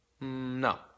no